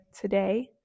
today